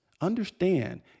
understand